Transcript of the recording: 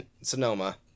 Sonoma